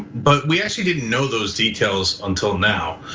but we actually didn't know those details until now.